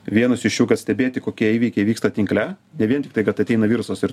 vienas viščiukas stebėti kokie įvykiai vyksta tinkle ne vien tiktai kad ateina virusas ir